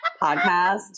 podcast